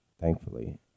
Thankfully